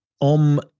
om